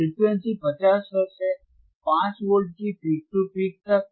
frequency 50 hertz है 5 volt की peak to peak तक